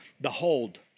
behold